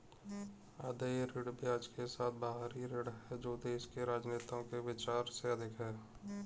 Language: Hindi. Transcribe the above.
अदेय ऋण ब्याज के साथ बाहरी ऋण है जो देश के राजनेताओं के विचार से अधिक है